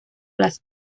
las